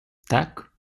tak